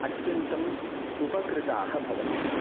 अत्यन्तम् उपकृताः भवन्ति